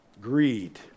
Greed